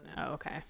okay